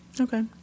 okay